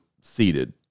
seated